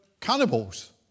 cannibals